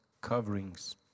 coverings